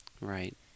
Right